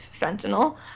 fentanyl